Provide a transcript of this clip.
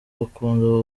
bakunda